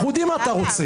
אנחנו יודעים מה אתה רוצה,